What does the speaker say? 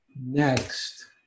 Next